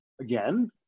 again